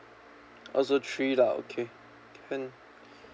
also three lah okay can